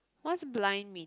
what's blind mean